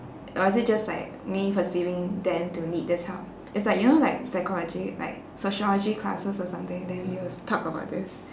or is it just like me perceiving them to need this help it's like you know like psychology like sociology classes or something then they'll talk about this